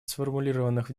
сформулированных